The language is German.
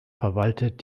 verwaltet